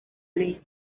ley